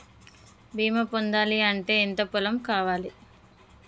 బీమా పొందాలి అంటే ఎంత పొలం కావాలి?